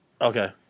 Okay